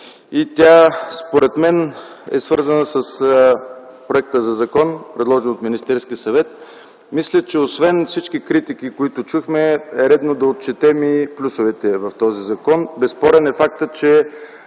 и тя, според мен, е свързана с проекта за закон, предложен от Министерския съвет. Мисля, че освен всички критики, които чухме, е редно да отчетем и плюсовете в този закон. Безспорен е фактът, че